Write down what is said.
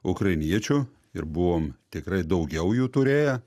ukrainiečių ir buvom tikrai daugiau jų turėję